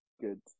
good